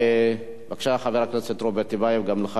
בבקשה, חבר הכנסת רוברט טיבייב, גם לך עשר דקות.